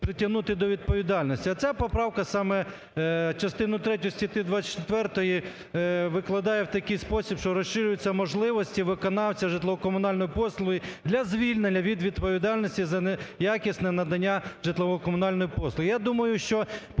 притягнути до відповідальності. А ця поправка саме частину третю статті 24 викладає в такий спосіб, що розширюються можливості виконавця житлово-комунальної послуги для звільнення від відповідальності за неякісне надання житлово-комунальної послуги.